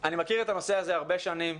אני מכיר את הנושא הרבה שנים,